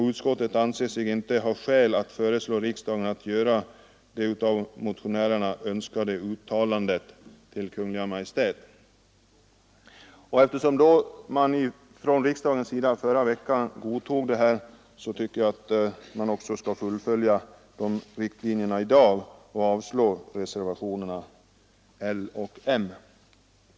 Utskottet anser sig inte ha skäl att föreslå riksdagen att göra det av motionärerna önskade uttalandet till Kungl. Maj:t.” Eftersom riksdagen i förra veckan godtog detta uttalande, tycker jag att man skall fullfölja de riktlinjerna i dag och avslå reservationen L liksom reservationen M.